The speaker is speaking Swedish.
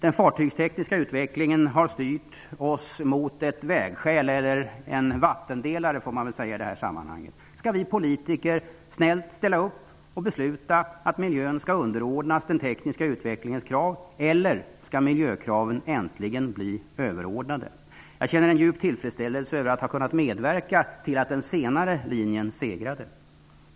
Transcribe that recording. Den fartygstekniska utvecklingen har styrt oss mot ett vägskäl, eller en vattendelare får man väl säga i detta sammanhang. Skall vi politiker snällt ställa upp och besluta att miljön skall underordnas den tekniska utvecklingens krav, eller skall miljökraven äntligen bli överordnade? Jag känner en djup tillfredsställelse över att ha kunnat medverka till att den senare linjen segrade.